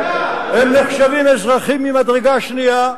הם נחשבים אזרחים ממדרגה שנייה,